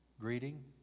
Greeting